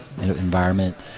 environment